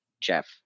Jeff